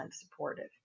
supportive